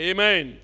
Amen